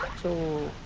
so.